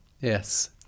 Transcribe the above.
Yes